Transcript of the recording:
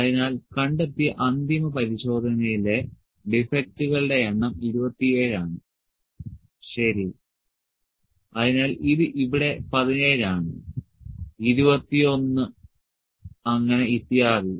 അതിനാൽ കണ്ടെത്തിയ അന്തിമ പരിശോധനയിലെ ഡിഫെക്ടുകളുടെ എണ്ണം 27 ആണ് ശരി അതിനാൽ ഇത് ഇവിടെ 17 ആണ് 21 അങ്ങനെ ഇത്യാദി